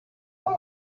how